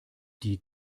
die